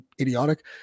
idiotic